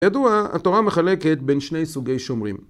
כידוע התורה מחלקת בין שני סוגי שומרים.